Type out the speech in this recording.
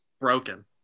broken